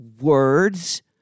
words